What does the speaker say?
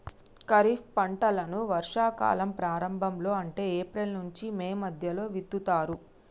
ఖరీఫ్ పంటలను వర్షా కాలం ప్రారంభం లో అంటే ఏప్రిల్ నుంచి మే మధ్యలో విత్తుతరు